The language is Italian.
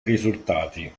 risultati